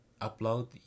upload